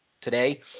today